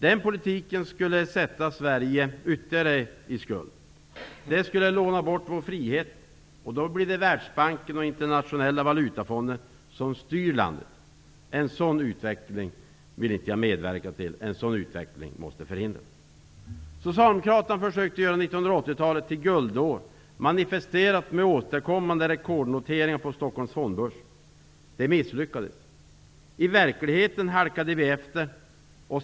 Den politiken skulle sätta Sverige ytterligare i skuld. Det skulle låna bort vår frihet. Då blir det Världsbanken och Internationella valutafonden som styr landet. En sådan utveckling vill jag inte medverka till. En sådan utveckling måste förhindras. Socialdemokraterna försökte göra 1980-talet till guldår manifesterat med återkommande rekordnoteringar på Stockholms fondbörs. Det misslyckades. I verkligheten halkade vi efter.